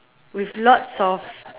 with lots of